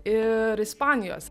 ir ispanijos